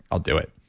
i'll do it.